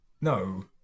No